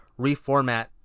reformat